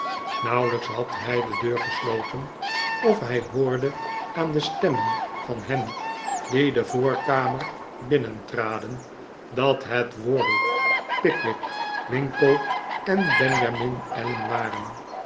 nauwelijks had hij de deur gesloten of hij hoorde aan de stemmen van hen die de vobrkamer binnentraden dat het wardle pickwick winkle en benjamin allen waren